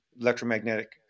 electromagnetic